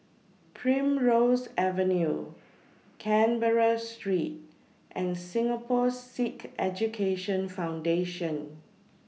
Primrose Avenue Canberra Street and Singapore Sikh Education Foundation